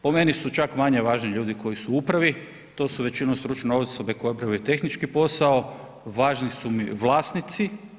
Po meni su čak manje važni ljudi koji su u upravi, to su većinom stručne osobe koje obavljaju tehnički posao, važni su mi vlasnici.